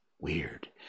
Weird